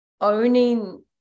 owning